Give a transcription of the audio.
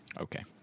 okay